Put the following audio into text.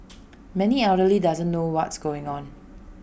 many elderly doesn't know what's going on